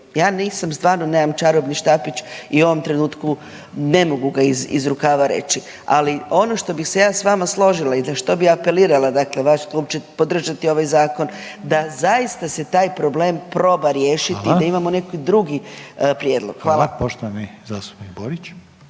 Ja nisam, stvarno nemam čarobni štapić i u ovom trenutku ne mogu ga iz rukava reći, ali ono što bih se ja s vama složila i na što bi apelirala, dakle, vaš klub će podržati ovaj Zakon da zaista se taj problem proba riješiti .../Upadica: Hvala./... da imamo neki drugi prijedlog. Hvala. **Reiner,